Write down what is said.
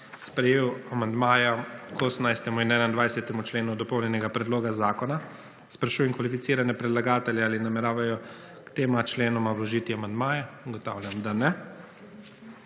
sprejel amandma k 4. členu dopolnjenega predloga zakona. Sprašujem kvalificirane predlagatelje ali nameravajo k tem členu vložiti amandmaje? Ugotavljam, da ne.